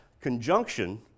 conjunction